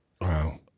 wow